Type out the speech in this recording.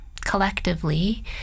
collectively